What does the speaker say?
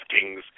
kings